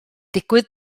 digwydd